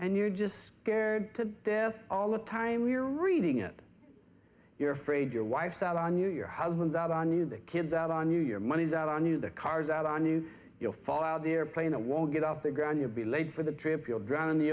and you just scared to death all the time you're reading it you're afraid your wife sat on you your husband out on you the kids out on you your money's out on you the cars out on you you'll fall out of the airplane that won't get off the ground you'll be late for the trip you'll drown in the